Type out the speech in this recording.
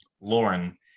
lauren